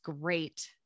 great